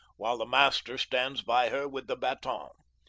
while the master stands by her with the baton.